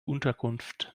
unterkunft